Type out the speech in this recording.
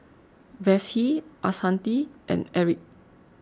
Vassie Ashanti and Erick